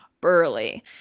burly